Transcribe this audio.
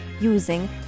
using